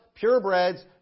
purebreds